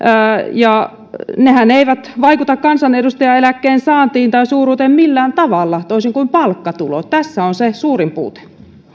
ja nehän eivät vaikuta kansanedustajaeläkkeen saantiin tai suuruuteen millään tavalla toisin kuin palkkatulot tässä on se suurin puute